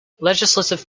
legislative